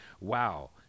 wow